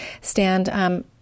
stand